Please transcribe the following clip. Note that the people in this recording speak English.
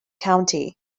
county